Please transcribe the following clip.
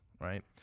right